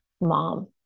mom